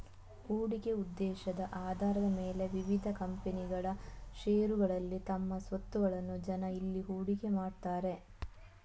ಹೂಡಿಕೆ ಉದ್ದೇಶದ ಆಧಾರದ ಮೇಲೆ ವಿವಿಧ ಕಂಪನಿಗಳ ಷೇರುಗಳಲ್ಲಿ ತಮ್ಮ ಸ್ವತ್ತುಗಳನ್ನ ಜನ ಇಲ್ಲಿ ಹೂಡಿಕೆ ಮಾಡ್ತಾರೆ